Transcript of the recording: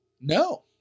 No